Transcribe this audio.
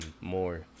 more